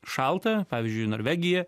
šalta pavyzdžiui norvegija